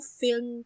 film